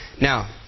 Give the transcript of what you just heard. now